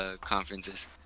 conferences